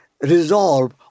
resolve